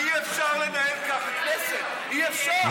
אי-אפשר לנהל ככה כנסת, אי-אפשר.